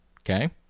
Okay